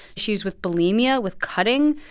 she's with bulimia, with cutting.